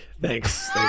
Thanks